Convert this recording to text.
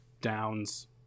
Downs